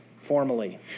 formally